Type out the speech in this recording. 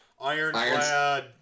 ironclad